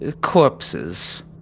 Corpses